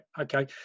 okay